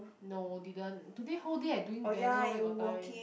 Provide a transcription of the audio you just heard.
no didn't today whole day I'm doing banner where got time